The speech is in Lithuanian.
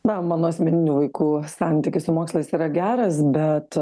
na mano asmeninių vaikų santykis su mokslais yra geras bet